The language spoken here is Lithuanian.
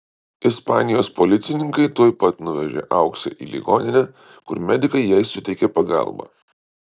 ispanijos policininkai tuoj pat nuvežė auksę į ligoninę kur medikai jai suteikė pagalbą